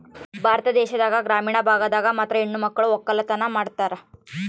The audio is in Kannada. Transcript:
ಭಾರತ ದೇಶದಾಗ ಗ್ರಾಮೀಣ ಭಾಗದಾಗ ಮಾತ್ರ ಹೆಣಮಕ್ಳು ವಕ್ಕಲತನ ಮಾಡ್ತಾರ